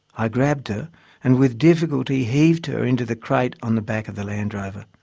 i grabbed her and with difficulty heaved her into the crate on the back of the landrover.